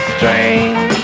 Strange